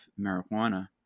marijuana